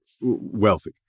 wealthy